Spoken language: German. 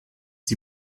sie